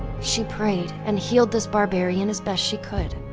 she prayed and healed this barbarian as best she could,